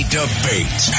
debate